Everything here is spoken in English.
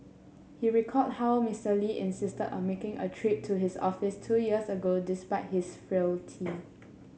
he recalled how Mister Lee insisted on making a trip to his office two years ago despite his frailty